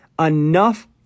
enough